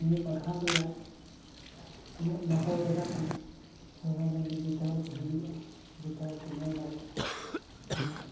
ᱱᱤᱭᱟᱹ ᱯᱟᱨᱠᱷᱚᱸᱰ ᱨᱮ ᱩᱱᱟᱹᱜ ᱱᱟᱯᱟᱭ ᱡᱟᱜᱟ ᱠᱟᱱᱟ ᱛᱚ ᱱᱚᱰᱮ ᱡᱮᱛᱮ ᱦᱚᱲ ᱠᱚ ᱦᱤᱡᱩᱜᱼᱟ ᱡᱮᱛᱮ ᱦᱚᱲ ᱠᱚ ᱧᱮᱞ ᱫᱟᱲᱮᱭᱟᱜᱼᱟ ᱢᱟᱱᱮ